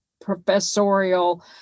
professorial